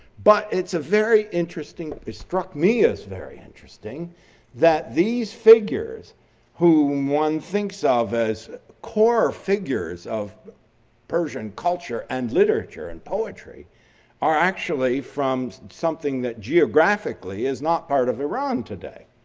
but it's a very interesting it struck me as very interesting that these figures whom one thinks of as core figures of persian culture and literature and poetry are actually from something that geographically is not part of iran today.